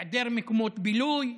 עוני, היעדר מקומות בילוי.